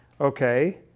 Okay